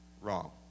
wrong